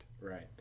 Right